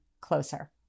closer